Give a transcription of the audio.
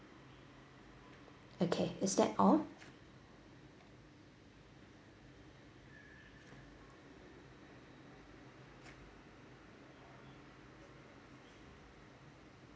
okay is that all